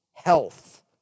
health